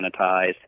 sanitized